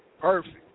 Perfect